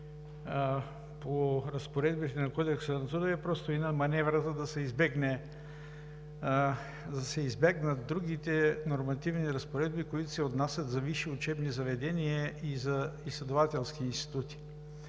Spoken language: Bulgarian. по разпоредбите на Кодекса на труда, е просто една маневра, за да се избегнат другите нормативни разпоредби, които се отнасят за висши учебни заведения и за изследователски институти.